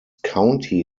county